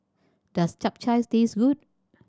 does Chap Chai taste good